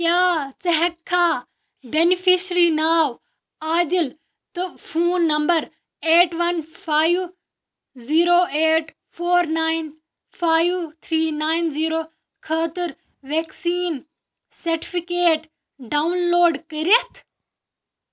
کیٛاہ ژٕ ہیککھا بینِفِشری ناو عادِل تہٕ phone number eight one five zero eight four nine five three nine zero خٲطر وٮ۪کسیٖن سٹِفکیٹ ڈاوُن لوڈ کٔرِتھ